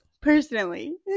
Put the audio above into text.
personally